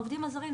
העובדים הזרים.